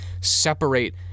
separate